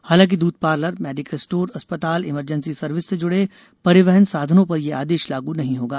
हालांकि दूध parlour medical store अस्पताल इमरजेंसी सर्विस से जुड़े परिवहन साधनों पर यह आदेश लागू नहीं होगा